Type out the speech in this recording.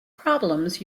problems